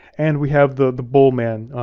and we have the the bull man,